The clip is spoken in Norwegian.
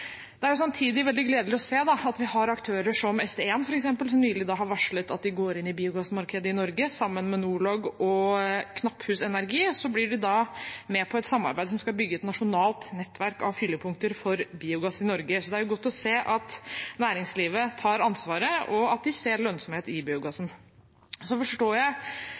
Det er samtidig veldig gledelig å se at vi har aktører som St1, som nylig har varslet at de går inn i biogassmarkedet i Norge. Sammen med Nor-log og Knapphus Energi blir de med på et samarbeid som skal bygge et nasjonalt nettverk av fyllepunkter for biogass i Norge. Det er godt å se at næringslivet tar ansvaret, og at de ser lønnsomhet i biogassen. Så forstår jeg